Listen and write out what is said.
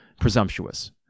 presumptuous